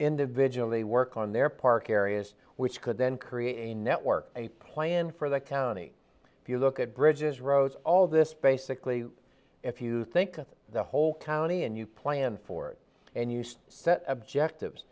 individually work on their park areas which could then create a network a plan for the county if you look at bridges roads all of this basically if you think the whole county and you plan for it and use that objectives